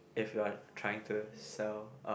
if you are trying to sell um